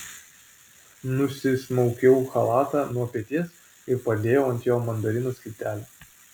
nusismaukiau chalatą nuo peties ir padėjau ant jo mandarino skiltelę